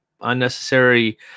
unnecessary